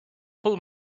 pull